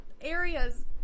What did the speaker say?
area's